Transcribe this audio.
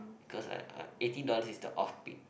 cause I I eighteen dollar is the off peak